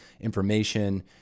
information